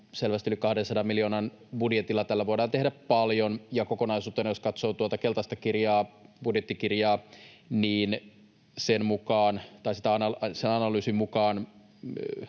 selvästi yli 200 miljoonan budjetilla. Tällä voidaan tehdä paljon. Ja jos kokonaisuutena katsoo tuota keltaista kirjaa, budjettikirjaa, niin sen analyysin mukaan